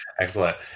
Excellent